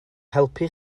helpu